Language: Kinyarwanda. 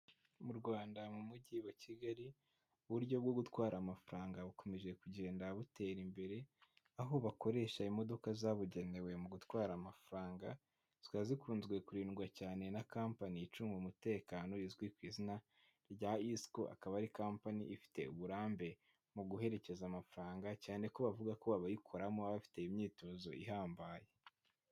Mu Rwanda mu mujyi wa Kigali uburyo bwo gutwara amafaranga bukomeje kugenda butera imbere, aho bakoresha imodoka zabugenewe mu gutwara amafaranga zikaba zikunze kurindwa cyane na kampani icunga umutekano izwi ku izina rya ISCO, ikaba ari kampani ifite uburambe mu guherekeza amafaranga cyane ko bavuga ko abayikoramo bafite imyitozo ihambaye.